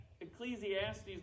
Ecclesiastes